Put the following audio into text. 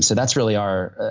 so that's really our,